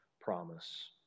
promise